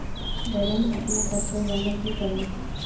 Balance अपने कते जाले की करूम?